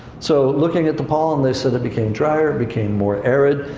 so, looking at the pollen, they said it became drier, it became more arid.